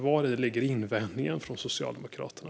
Vari ligger invändningen från Socialdemokraterna?